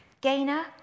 Gainer